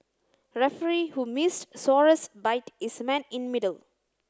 referee who missed Suarez bite is man in middle